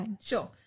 Sure